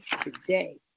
today